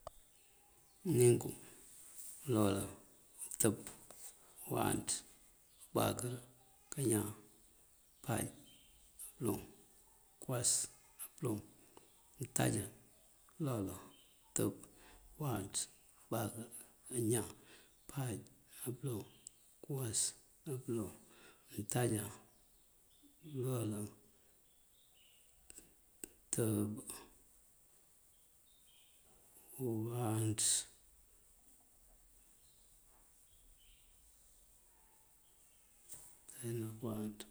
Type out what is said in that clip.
Ninko, ёloolan, kёtёb, kёwáanţ, kёbáakёr, kañan, páaj nápёloŋ, kёwas nápёloŋ, untáajá, ёloolan, kёtёb, kёwáanţ, kёbáakёr, kañan, páaj nápёloŋ, kёwas nápёloŋ, untáajá, ёloolan kёtёb, kёwáanţ.